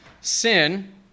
sin